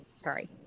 sorry